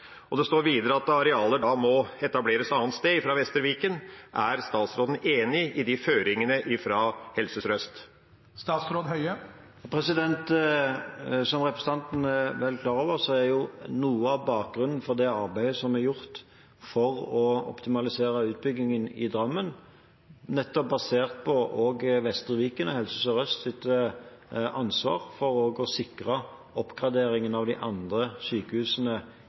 Det står videre at arealer da må etableres annet sted fra Vestre Viken. Er statsråden enig i de føringene fra Helse Sør-Øst? Som representanten vel er klar over, er noe av bakgrunnen for det arbeidet som er gjort for å optimalisere utbyggingen i Drammen, nettopp basert på Vestre Vikens og Helse Sør-Østs ansvar for å sikre oppgraderingen av de andre sykehusene